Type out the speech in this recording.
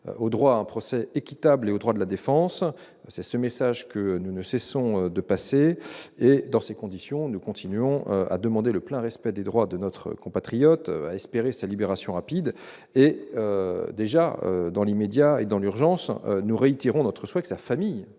au droit à un procès équitable et aux droits de la défense. Tel est le message que nous ne cessons de passer. Dans ces conditions, nous continuons à demander le plein respect des droits de notre compatriote et à espérer sa libération rapide. Dans l'immédiat, et de manière urgente, nous réitérons notre souhait que sa famille